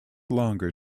longer